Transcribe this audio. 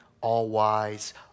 all-wise